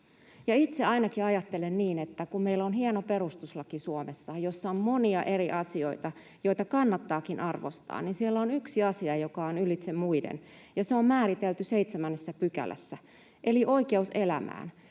itse ainakin ajattelen niin, että kun meillä on Suomessa hieno perustuslaki, jossa on monia eri asioita, joita kannattaakin arvostaa, niin siellä on yksi asia, joka on ylitse muiden, ja se on määritelty 7 §:ssä eli oikeus elämään.